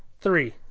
three